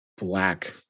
black